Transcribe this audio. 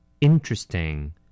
Interesting